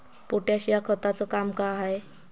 Potash या खताचं काम का हाय?